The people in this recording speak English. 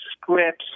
scripts